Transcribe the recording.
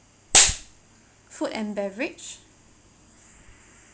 food and beverage